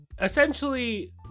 essentially